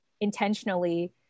intentionally